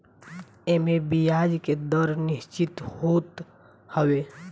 एमे बियाज के दर निश्चित होत हवे